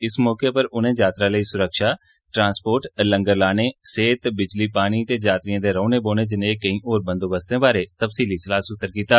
इस मौके पर उनें यात्रा लेई सुरक्षा ट्रांस्पोर्ट लंगर लाने सेहत बिजली पानी ते यात्रियें दे रौहने बौहने जनेह केई होर बंदोबस्तें बारै तफसीली सलाह सूत्र कीता